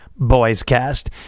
boyscast